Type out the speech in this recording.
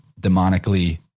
demonically